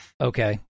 okay